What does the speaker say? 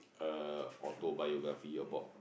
uh autobiography about